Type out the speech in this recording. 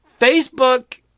Facebook